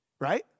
Right